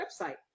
website